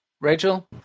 Rachel